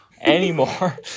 anymore